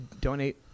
donate